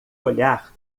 olhar